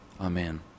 Amen